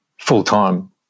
full-time